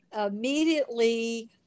immediately